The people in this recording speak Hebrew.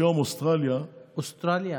היום אוסטרליה, אוסטרליה?